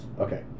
Okay